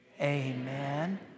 Amen